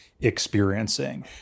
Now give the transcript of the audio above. experiencing